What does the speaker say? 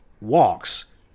walks